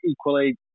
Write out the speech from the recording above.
Equally